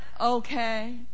okay